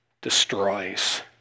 destroys